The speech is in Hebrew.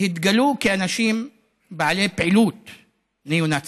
התגלו כאנשים בעלי פעילות ניאו-נאצית.